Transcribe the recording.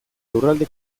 lurralde